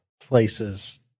places